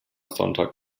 sonntag